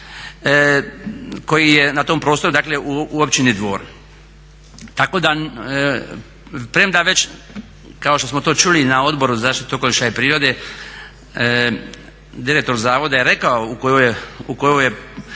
koji je na tom prostoru dakle u općini Dvor. Tako da premda već kao što smo to čuli na Odboru za zaštitu okoliša i prirode direktor zavoda je rekao u kojem je